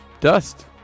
Dust